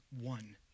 one